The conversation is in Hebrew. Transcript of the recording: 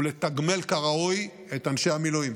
ולתגמל כראוי את אנשי המילואים.